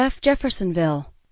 Jeffersonville